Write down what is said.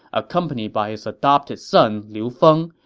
accompanied by his adopted son liu feng,